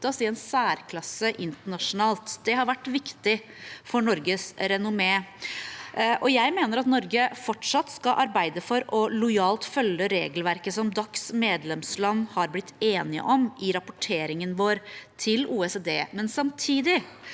i en særklasse internasjonalt. Det har vært viktig for Norges renomme. Jeg mener Norge fortsatt skal arbeide for lojalt å følge regelverket som DACs medlemsland har blitt enige om, i rapporteringen vår til OECD. Samtidig